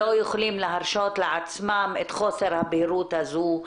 לא יכולים להרשות לעצמם את חוסר הבהירות הזו.